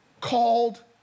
called